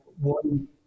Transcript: one